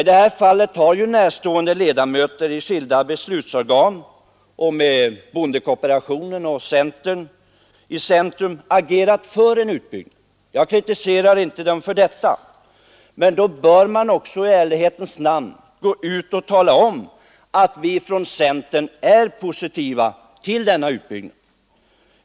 I detta fall har ledamöter i skilda beslutsorgan och med bondekooperationen och centerpartiet i centrum agerat för en utbyggnad. Jag kritiserar dem inte för detta, men då bör man i ärlighetens namn också gå ut och tala om, att man från centerns sida är positiv till denna utbyggnad.